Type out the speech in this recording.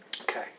Okay